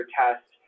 test